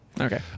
Okay